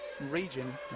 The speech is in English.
region